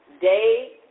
day